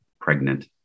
pregnant